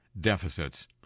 deficits